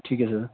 ਠੀਕ ਹੈ ਸਰ